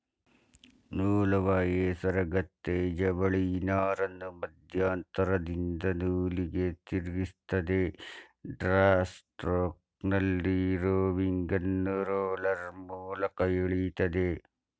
ನೂಲುವ ಹೇಸರಗತ್ತೆ ಜವಳಿನಾರನ್ನು ಮಧ್ಯಂತರದಿಂದ ನೂಲಿಗೆ ತಿರುಗಿಸ್ತದೆ ಡ್ರಾ ಸ್ಟ್ರೋಕ್ನಲ್ಲಿ ರೋವಿಂಗನ್ನು ರೋಲರ್ ಮೂಲಕ ಎಳಿತದೆ